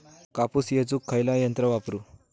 कापूस येचुक खयला यंत्र वापरू?